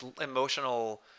emotional